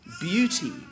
beauty